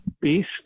Beast